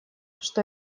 что